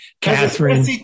Catherine